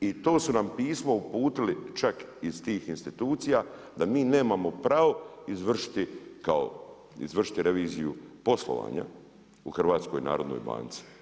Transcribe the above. I to su nam pismo uputili čak iz tih institucija, da mi nemamo pravo izvršiti kao reviziju poslovanja u HNB-u.